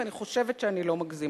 ואני חושבת שאני לא מגזימה,